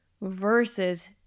versus